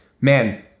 man